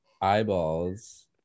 eyeballs